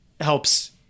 helps